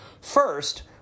First